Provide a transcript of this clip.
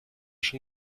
schon